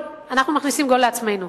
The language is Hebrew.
מכניסים גול לעצמנו.